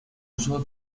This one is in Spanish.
uso